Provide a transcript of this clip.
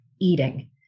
eating